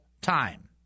time